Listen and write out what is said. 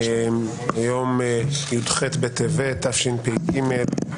היום י"ח בטבת התשפ"ג.